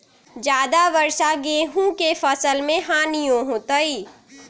ज्यादा वर्षा गेंहू के फसल मे हानियों होतेई?